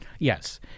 Yes